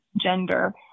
gender